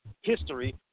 history